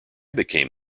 became